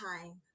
time